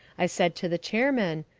i said to the chairman,